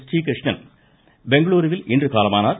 றீகிருஷ்ணன் பெங்களூருவில் இன்று காலமானார்